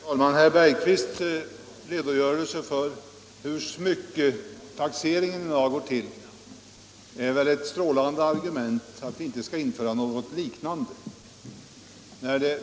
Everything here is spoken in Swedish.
Herr talman! Herr Bergqvists redogörelse för hur smycketaxeringen i dag går till är väl ett strålande argument för att vi inte skall införa något liknande.